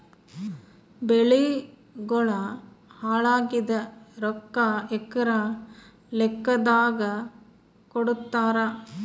ಬೆಳಿಗೋಳ ಹಾಳಾಗಿದ ರೊಕ್ಕಾ ಎಕರ ಲೆಕ್ಕಾದಾಗ ಕೊಡುತ್ತಾರ?